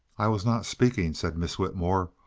i was not speaking, said miss whitmore,